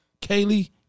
Kaylee